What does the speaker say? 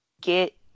get